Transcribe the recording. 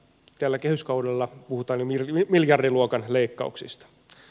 tällä kehyskaudella puhutaan jo miljardiluokan leikkauksista